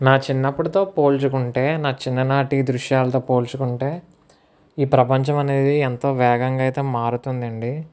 నా చిన్నప్పటితో పోల్చుకుంటే నా చిన్ననాటి దృశ్యాలతో పోల్చుకుంటే ఈ ప్రపంచం అనేది ఎంతో వేగంగా అయితే మారుతుంది అండి